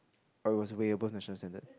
I was way above national standard